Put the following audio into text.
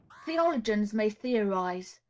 theologians may theorize,